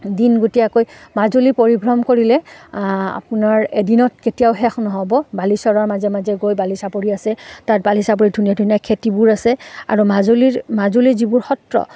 দিন গোটীয়াকৈ মাজুলী পৰিভ্ৰম কৰিলে আপোনাৰ এদিনত কেতিয়াও শেষ নহ'ব বালিচৰৰ মাজে মাজে গৈ বালি চাপৰি আছে তাত বালি চাপৰি ধুনীয়া ধুনীয়া খেতিবোৰ আছে আৰু মাজুলীৰ মাজুলী যিবোৰ সত্ৰ